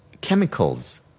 chemicals